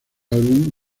álbum